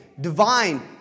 Divine